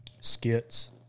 skits